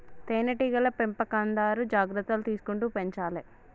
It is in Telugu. తేనె టీగల పెంపకందారు జాగ్రత్తలు తీసుకుంటూ పెంచాలే